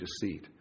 deceit